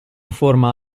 forma